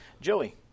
Joey